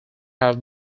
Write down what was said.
have